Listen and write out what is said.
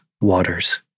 waters